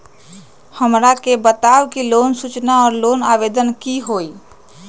हमरा के बताव कि लोन सूचना और लोन आवेदन की होई?